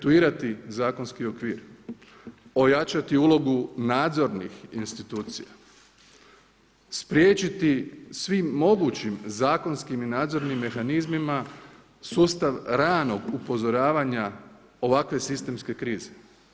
Perfektuirati zakonski okvir, ojačati ulogu nadzornih institucija, spriječiti svim mogućim zakonskim i nadzornim mehanizmima sustav ranog upozoravanja ovakve sistemske krize.